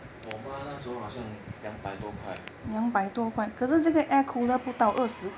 我妈那时候好像两百多块